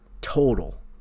Total